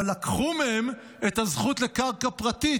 אבל לקחו מהם את הזכות לקרקע פרטית.